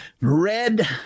Red